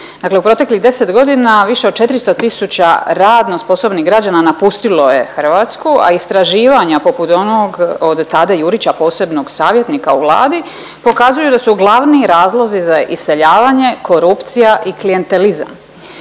Dakle, u proteklih 10 godina više od 400 tisuća radno sposobnih građana napustilo je Hrvatsku, a istraživanja poput onog od Tade Jurića posebnog savjetnika u Vladi pokazuju da su glavni razlozi za iseljavanje korupcija i klijentelizam.